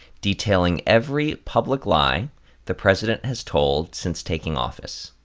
detailing every public lie the president has told since taking office.